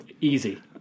Easy